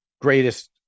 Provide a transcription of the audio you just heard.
Greatest